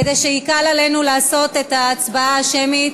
כדי שיקל עלינו לעשות את ההצבעה השמית.